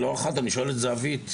לא אחת אני שואל את זהבית: